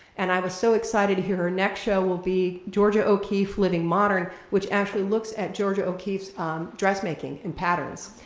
and i was so excited to hear her next show will be georgia o'keeffe, living modern, which actually looks at georgia o'keeffe's dressmaking and patterns,